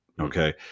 Okay